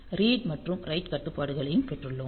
read மற்றும் write கட்டுப்பாடுகளையும் பெற்றுள்ளோம்